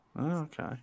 Okay